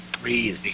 breathe